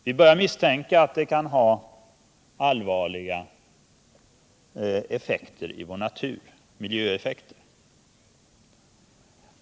Vi börjar misstänka att den kan ha allvarliga miljöeffekter i vår natur.